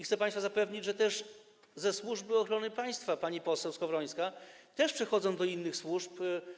Chcę państwa zapewnić, że ze Służby Ochrony Państwa, pani poseł Skowrońska, też przechodzą do innych służb.